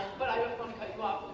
but i don't want to cut you